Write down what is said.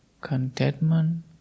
contentment